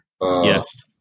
Yes